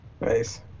Nice